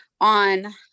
on